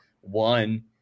one